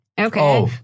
okay